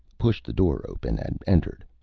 pushed the door open and entered.